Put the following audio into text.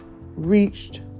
reached